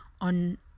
on